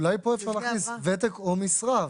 אולי פה אפשר להכניס ותק או משרה,